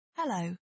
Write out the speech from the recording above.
Hello